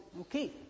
Okay